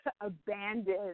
abandoned